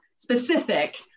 specific